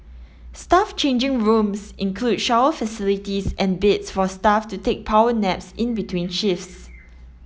staff changing rooms include shower facilities and beds for staff to take power naps in between shifts